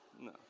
No